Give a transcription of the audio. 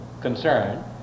concern